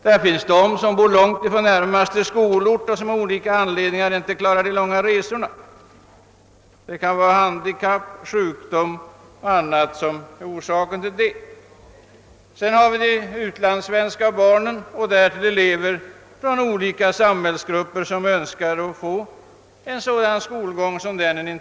Där finns vidare elever som bor långt från närmaste skolort och som av olika skäl inte klarar de långa resorna; det kan vara handikapp, sjukdom eller någonting annat som är orsaken till det. Sedan har vi de utlandssvenska barnen och andra elever — från olika samhällsgrupper — som önskar en sådan skolgång.